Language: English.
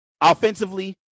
offensively